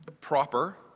Proper